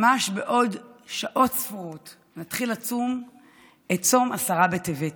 ממש בעוד שעות ספורות נתחיל לצום את צום עשרה בטבת,